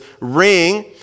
ring